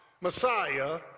Messiah